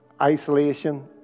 isolation